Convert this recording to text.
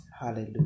Hallelujah